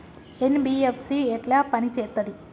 NBFC ఎట్ల పని చేత్తది?